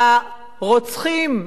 הרוצחים,